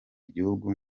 igihugu